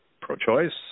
pro-choice